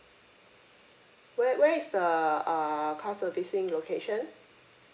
where where is the err car servicing location